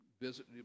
visit